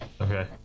Okay